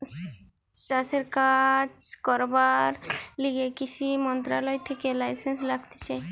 চাষের কাজ করার লিগে কৃষি মন্ত্রণালয় থেকে লাইসেন্স লাগতিছে